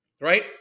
Right